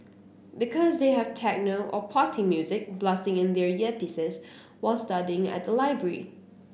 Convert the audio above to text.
because they have techno or party music blasting in their earpieces while studying at the library